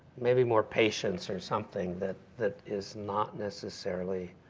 maybe more patience or something that that is not necessarily